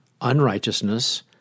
unrighteousness